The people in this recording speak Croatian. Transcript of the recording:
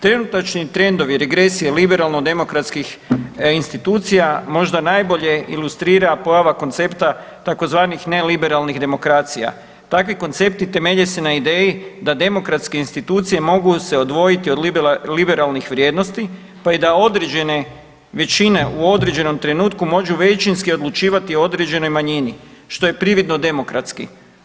Trenutačni trendovi, regresije liberalno-demokratskih institucija možda najbolje ilustrira pojava koncepta tzv. neliberalnih demokracija, takvi koncepti temelje se na ideji da demokratske institucije mogu se odvojiti od liberalnih vrijednosti pa i da određene većine u određenom trenutku mogu većinskih odlučivati i određenoj manjini što je prividno demokratski.